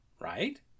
right